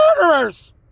murderers